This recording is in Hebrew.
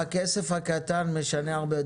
אבל הכסף הקטן משנה הרבה.